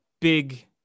big